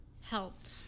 helped